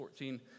14